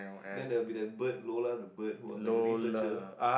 then there will be the bird Lola the bird who was like a researcher